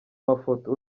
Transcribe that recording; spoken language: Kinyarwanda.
mafoto